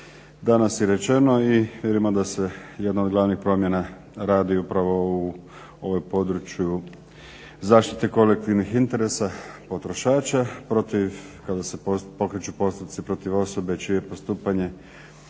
danas je rečeno i vidimo da se jedna od glavnih promjena radi upravo u ovom području zaštite kolektivnih interesa potrošača kada se pokreću postupci protiv osoba čije je postupanje